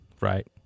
right